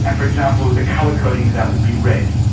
and for example, the colour coding of that would be red.